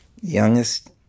youngest